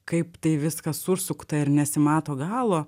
kaip tai viskas užsukta ir nesimato galo